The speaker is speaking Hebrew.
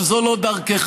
שזו לא דרכך.